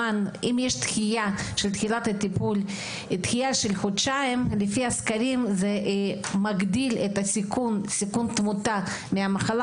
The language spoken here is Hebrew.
שדחייה של חודשיים בטיפול מגדילה לפי הסקרים את הסיכון לתמותה מהמחלה